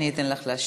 אני אתן לך להשיב.